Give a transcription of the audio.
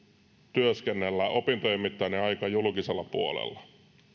työskennellä opintojen mittainen aika julkisella puolella